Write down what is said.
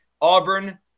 Auburn